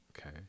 okay